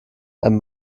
ein